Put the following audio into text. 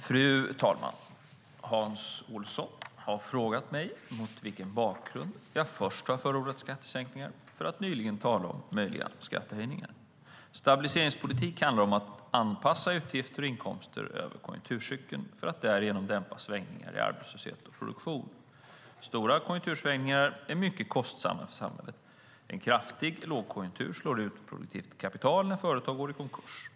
Fru talman! Hans Olsson har frågat mig mot vilken bakgrund jag först har förordat skattesänkningar, för att nyligen tala om möjliga skattehöjningar. Stabiliseringspolitik handlar om att anpassa utgifter och inkomster över konjunkturcykeln för att därigenom dämpa svängningar i arbetslösheten och produktionen. Stora konjunktursvängningar är mycket kostsamma för samhället. En kraftig lågkonjunktur slår ut produktivt kapital när företag går i konkurs.